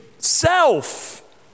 Self